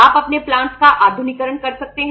आप अपने प्लांटस का आधुनिकीकरण कर सकते हैं